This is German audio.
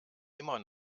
immer